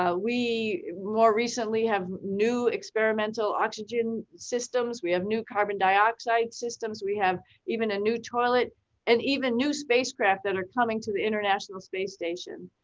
we more recently have new experimental oxygen systems. we have new carbon dioxide systems. we have even a new toilet and even new spacecraft that are coming to the international space station.